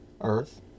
Earth